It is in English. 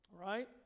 right